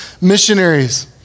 missionaries